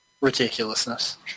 ridiculousness